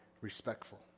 respectful